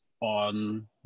on